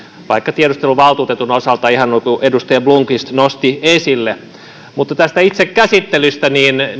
vaikka tiedusteluvaltuutetun osalta ihan niin kuin edustaja blomqvist nosti esille mutta tästä itse käsittelystä